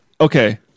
Okay